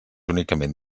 únicament